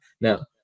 Now